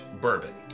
bourbon